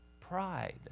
pride